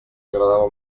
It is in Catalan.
agradava